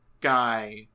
guy